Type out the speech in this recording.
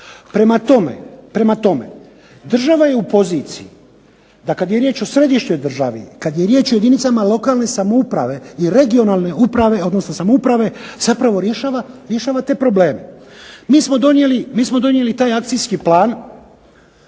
Prema tome, država je u poziciji da kad je riječ o središnjoj državi, kad je riječ o jedinicama lokalne samouprave i regionalne uprave, odnosno samouprave zapravo rješava te probleme. Mi smo donijeli taj akcijski plan,